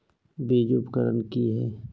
बीज उपचार कि हैय?